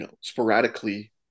sporadically